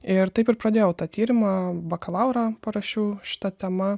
ir taip ir pradėjau tą tyrimą bakalaurą parašiau šita tema